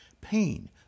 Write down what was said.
pain